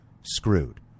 screwed